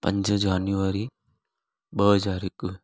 पंज जान्युआरी ॿ हज़ार हिकु